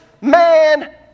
man